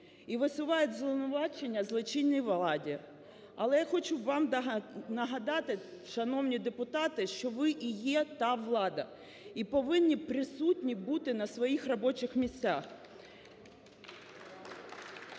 і висувають звинувачення "злочинній владі". Але я хочу вам нагадати, шановні депутати, що ви і є та влада і повинні присутні бути на своїх робочих місцях.